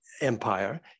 empire